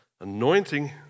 anointing